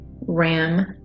Ram